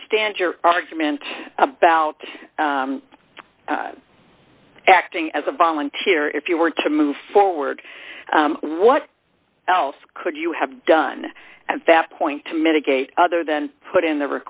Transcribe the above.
understand your argument about acting as a volunteer if you were to move forward what else could you have done at that point to mitigate other than put in the